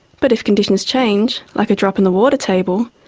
but if conditions change, like a drop in the water table,